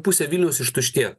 pusė vilniaus ištuštėjo